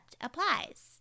applies